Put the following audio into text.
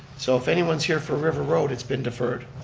so, if anyone's here for river road, it's been deferred.